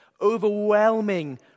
overwhelming